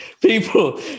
people